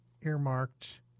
earmarked